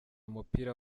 umupira